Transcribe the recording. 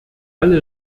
alle